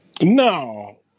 No